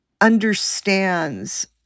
understands